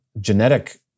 genetic